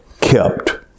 Kept